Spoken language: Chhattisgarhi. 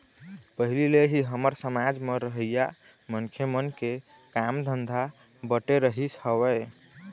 पहिली ले ही हमर समाज म रहइया मनखे मन के काम धंधा बटे रहिस हवय